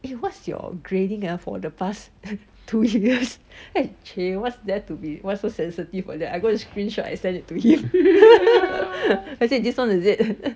eh what's your grading ah for the past two years eh chey what's there to be why so sensitive for that I go screenshot send it to him and I said this one is it